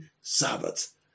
Sabbath